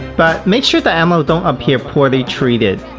but make sure the animal don't appear poorly treated!